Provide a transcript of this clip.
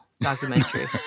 documentary